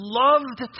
loved